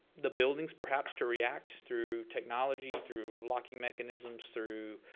the buildings perhaps to react through technology, through locking mechanisms, through